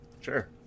Sure